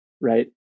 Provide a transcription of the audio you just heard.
right